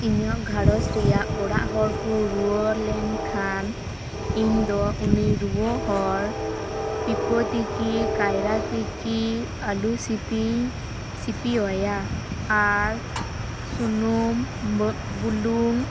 ᱤᱧᱟᱹᱜ ᱜᱷᱟᱨᱚᱡᱽ ᱨᱮᱭᱟᱜ ᱚᱲᱟᱜ ᱦᱚᱲ ᱠᱚ ᱨᱩᱭᱟᱹ ᱞᱮᱱᱠᱷᱟᱱ ᱤᱧ ᱫᱚ ᱩᱱᱤ ᱨᱩᱭᱟᱹ ᱦᱚᱲ ᱯᱤᱯᱟᱹ ᱛᱤᱠᱤ ᱠᱟᱭᱨᱟ ᱛᱤᱠᱤ ᱟᱞᱩ ᱥᱤᱯᱤ ᱥᱤᱯᱤ ᱟᱭᱟ ᱟᱨ ᱥᱩᱱᱩᱢ ᱵᱩᱞᱩᱝ